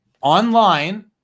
online